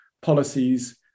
policies